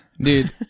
Dude